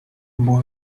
boy